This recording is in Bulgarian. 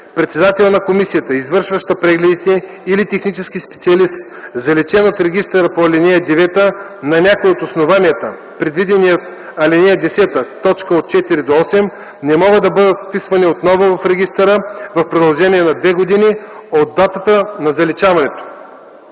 Председател на комисията, извършваща прегледите, или технически специалист, заличени от регистъра по ал. 9 на някое от основанията, предвидени в ал. 10, т. 4-8, не могат да бъдат вписвани отново в регистъра в продължение на две години от датата на заличаването.